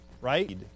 Right